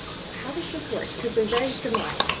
so how does this work? because they're very similar.